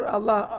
Allah